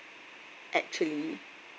actually